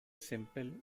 simple